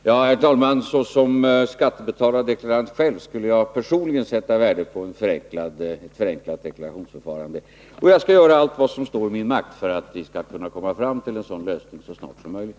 Herr talman! Såsom skattebetalande deklarant skulle jag personligen sätta värde på ett förenklat deklarationsförfarande. Jag skall göra allt som står i min makt för att vi skall komma fram till en sådan lösning så snart som möjligt.